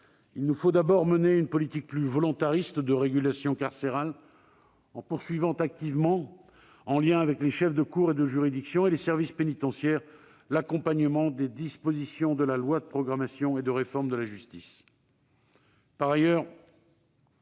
Il nous faut d'abord mener une politique plus volontariste de régulation carcérale, en poursuivant activement, en lien avec les chefs de cour et de juridiction et les services pénitentiaires, l'accompagnement de l'application des dispositions de la loi de programmation 2018-2022 et de réforme pour la justice.